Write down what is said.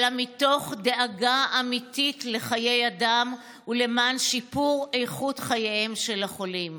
אלא מתוך דאגה אמיתית לחיי אדם ולמען שיפור איכות חייהם של החולים.